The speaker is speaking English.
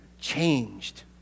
changed